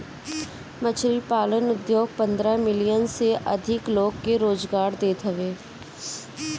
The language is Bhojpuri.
मछरी पालन उद्योग पन्द्रह मिलियन से अधिका लोग के रोजगार देत हवे